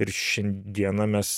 ir šiandieną mes